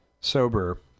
sober